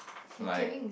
like